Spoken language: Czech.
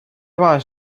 váš